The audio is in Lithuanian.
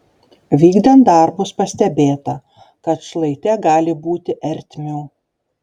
vykdant darbus pastebėta kad šlaite gali būti ertmių